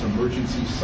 Emergency